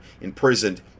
imprisoned